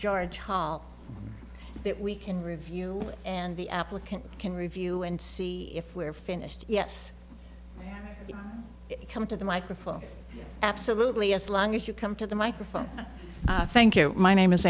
george hall that we can review and the applicant can review and see if we're finished yes you come to the microphone absolutely as long as you come to the microphone thank you my name is